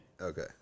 Okay